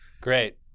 Great